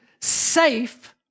safe